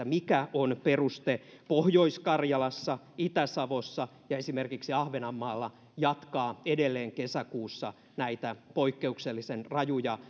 mikä on peruste pohjois karjalassa itä savossa ja esimerkiksi ahvenanmaalla jatkaa edelleen kesäkuussa näitä poikkeuksellisen rajuja